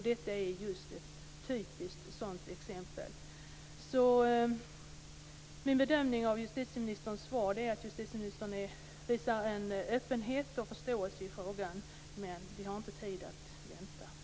Detta är ett typiskt sådant exempel. Min bedömning av justitieministerns svar är att justitieministern visar en öppenhet och förståelse i frågan, men vi har inte tid att vänta.